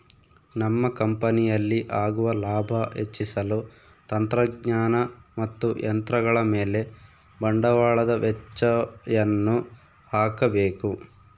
ನಮ್ಮ ಕಂಪನಿಯಲ್ಲಿ ಆಗುವ ಲಾಭ ಹೆಚ್ಚಿಸಲು ತಂತ್ರಜ್ಞಾನ ಮತ್ತು ಯಂತ್ರಗಳ ಮೇಲೆ ಬಂಡವಾಳದ ವೆಚ್ಚಯನ್ನು ಹಾಕಬೇಕು